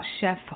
Chef